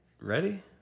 ready